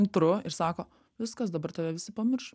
antru ir sako viskas dabar tave visi pamirš